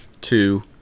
two